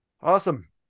Awesome